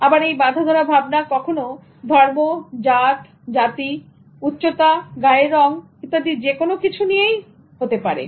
আবার এই বাঁধাধরা ভাবনা কখনো ধর্ম জাত জাতি কখনো কখনো উচ্চতা গায়ের রং ইত্যাদি যে কোন কিছু নিয়েই হতে পারে